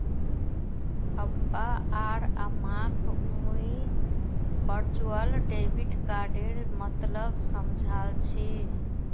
अब्बा आर अम्माक मुई वर्चुअल डेबिट कार्डेर मतलब समझाल छि